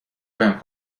بهم